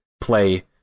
play